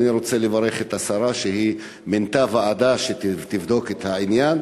אני רוצה לברך את השרה על כך שמינתה ועדה שתבדוק את העניין.